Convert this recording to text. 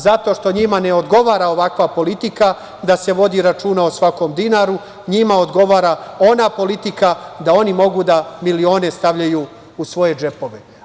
Zato što njima ne odgovara ovakva politika, da se vodi računa o svakom dinaru, njima odgovara ona politika da oni mogu milione da stavljaju u svoje džepove.